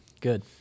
Good